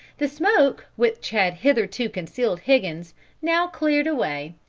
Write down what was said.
the smoke which had hitherto concealed higgins now cleared away,